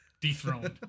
Dethroned